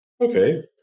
Okay